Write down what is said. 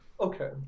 Okay